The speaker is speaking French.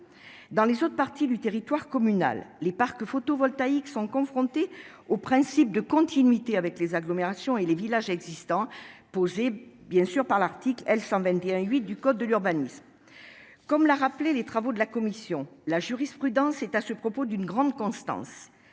Dans les autres parties du territoire communal, les parcs photovoltaïques sont soumis au principe de continuité avec les agglomérations et les villages existants posé par l'article L. 121-8 du code de l'urbanisme. Comme l'ont rappelé les travaux de la commission, la jurisprudence est à ce propos d'une grande constance.